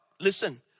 Listen